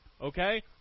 okay